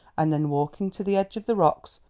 and then, walking to the edge of the rocks,